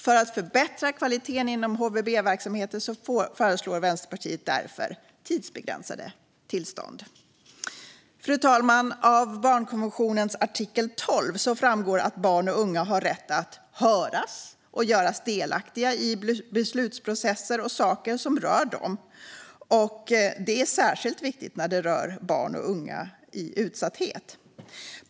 För att förbättra kvaliteten inom HVB-verksamheter föreslår Vänsterpartiet därför tidsbegränsade tillstånd. Fru talman! Av barnkonventionens artikel 12 framgår att barn och unga har rätt att höras och göras delaktiga i beslutsprocesser och saker som rör dem. Det är särskilt viktigt när det gäller barn och unga i utsatthet.